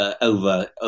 over